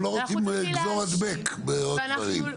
הם לא רוצים "גזור הדבק" בעוד דברים.